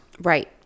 Right